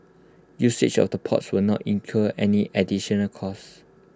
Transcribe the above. usage of the ports will not incur any additional cost